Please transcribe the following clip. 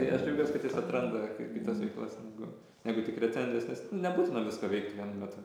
tai aš džiaugiuos kad jis atranda ki kitas veiklas negu negu tik recenzijas nes nebūtina visko veikt vienu metu